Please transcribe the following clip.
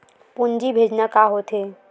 पूंजी भेजना का होथे?